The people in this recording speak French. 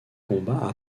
combat